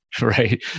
right